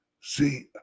See